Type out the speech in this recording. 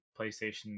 PlayStation